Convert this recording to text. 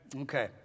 Okay